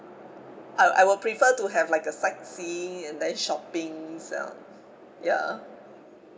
I I would prefer to have like a sightseeing and then shopping ya